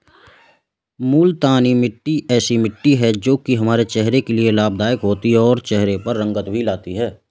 मूलतानी मिट्टी ऐसी मिट्टी है जो की हमारे चेहरे के लिए लाभदायक होती है और चहरे पर रंगत भी लाती है